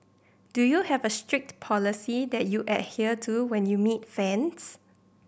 do you have a strict policy that you adhere to when you meet fans